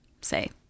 say